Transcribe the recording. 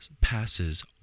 passes